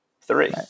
three